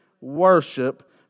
worship